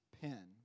pen